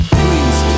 please